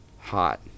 hot